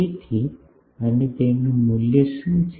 તેથી અને તેનું મૂલ્ય શું છે